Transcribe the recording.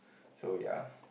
so ya